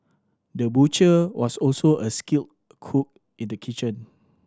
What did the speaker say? the butcher was also a skilled cook in the kitchen